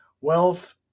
wealth